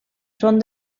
són